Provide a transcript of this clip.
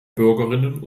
bürgerinnen